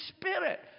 spirit